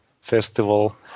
festival